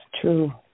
true